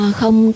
Không